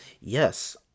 Yes